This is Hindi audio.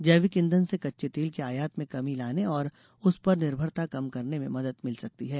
जैविक ईंधन से कच्चे तेल के आयात में कमी लाने और उस पर निर्भरता कम करने में मदद मिल सकती है